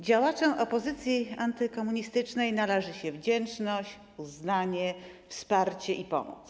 Działaczom opozycji antykomunistycznej należą się wdzięczność, uznanie, wsparcie i pomoc.